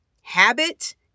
Habit